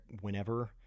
whenever